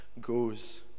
goes